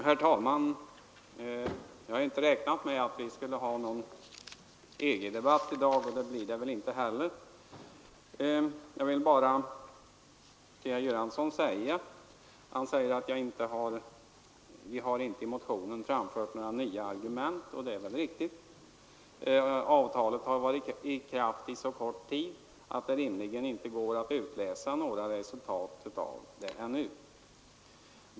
Herr talman! Jag har inte räknat med att vi skulle ha någon stor EG-debatt i dag, och det blir det väl inte heller. Jag vill bara till herr Göransson säga, eftersom han påstår att vi inte har framfört några nya argument i motionen, att det väl är riktigt. Avtalet har varit i kraft så kort tid att det rimligen inte går att utläsa några resultat ännu.